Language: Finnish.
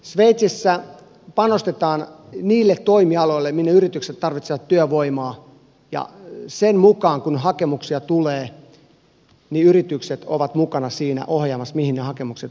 sveitsissä panostetaan niille toimialoille mihin yritykset tarvitsevat työvoimaa ja kun hakemuksia tulee yritykset ovat mukana ohjaamassa mihin ne hakemukset ohjautuvat